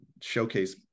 showcase